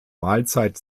mahlzeit